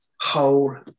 whole